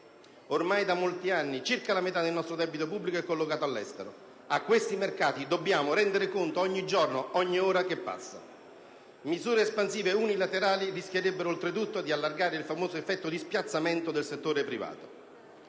ormai da molti anni, circa la metà del nostro debito pubblico è collocato all'estero. A questi mercati dobbiamo rendere conto ogni giorno, ogni ora che passa. Misure espansive unilaterali rischierebbero oltretutto di allargare il famoso «effetto di spiazzamento» del settore privato.